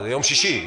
יום שישי.